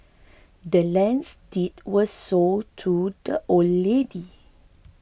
the land's deed was sold to the old lady